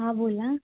हां बोला